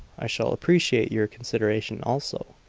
i shall appreciate your consideration also.